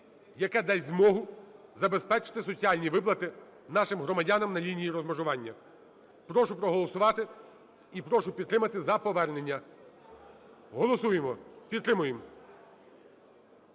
яке дасть змогу забезпечити соціальні виплати нашим громадянам на лінії розмежування. Прошу проголосувати і прошу підтримати. За повернення. Голосуємо. Підтримуємо.